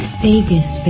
Vegas